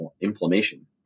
inflammation